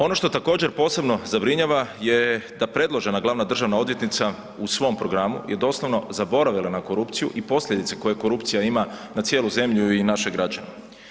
Ono što također posebno zabrinjava je da predložena glavna državna odvjetnica u svom programu je doslovno zaboravila na korupciju i posljedice koje korupcija ima na cijelu zemlju i naše građane.